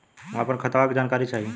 हम अपने खतवा क जानकारी चाही?